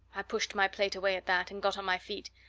i pushed my plate away at that, and got on my feet.